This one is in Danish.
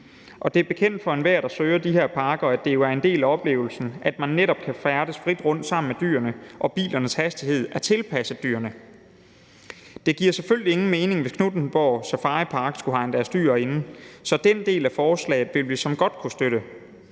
Det er bekendt for enhver, der søger de her parker, at det jo er en del af oplevelsen, at man netop kan færdes frit rundt sammen med dyrene, og at bilernes hastighed er tilpasset dyrene. Det giver selvfølgelig ingen mening, hvis Knuthenborg Safaripark skulle hegne deres dyr inde, så den del af forslaget vil vi såmænd godt kunne støtte.